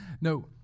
No